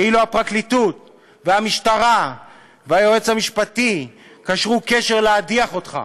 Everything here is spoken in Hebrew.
כאילו הפרקליטות והמשטרה והיועץ המשפטי קשרו קשר להדיח אותך.